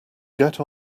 get